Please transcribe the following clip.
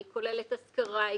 היא כוללת השכרה,